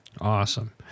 Awesome